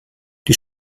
die